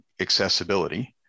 accessibility